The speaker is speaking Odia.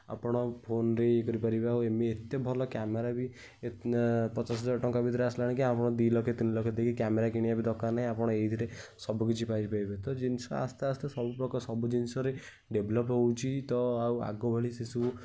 ଆପଣ ଫୋନ୍ରେ ଇଏ କରିପାରିବେ ଆଉ ଏତେ ଭଲ କ୍ୟାମେରା ବି ପଚାଶ ହଜାର ଟଙ୍କା ଭିତରେ ଆସିଲାଣି କି ଆପଣ ଦୁଇ ଲକ୍ଷ ତିନି ଲକ୍ଷ ଦେଇକି କ୍ୟାମେରା କିଣିବା ବି ଦରକାର ନାହିଁ ଆପଣ ଏଇଥିରେ ସବୁକିଛି ପାଇପାରିବେ ତ ଜିନିଷ ଆସ୍ତେ ଆସ୍ତେ ସବୁ ଜିନିଷରେ ଡେଭଲପ୍ ହେଉଛି ତ ଆଉ ଆଗ ଭଳି ସେ ସବୁ